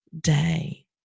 day